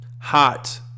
Hot